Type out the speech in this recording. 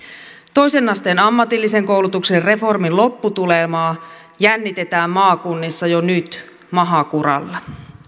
toisen asteen ammatillisen koulutuksen reformin lopputulemaa jännitetään maakunnissa jo nyt maha kuralla